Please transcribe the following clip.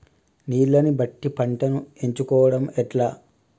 నీళ్లని బట్టి పంటను ఎంచుకోవడం ఎట్లా?